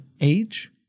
age